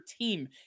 team